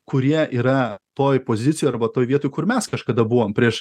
kurie yra toj pozicijoj arba toj vietoj kur mes kažkada buvom prieš